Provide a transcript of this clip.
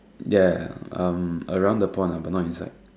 ya around the pond but not inside